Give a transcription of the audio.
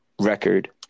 record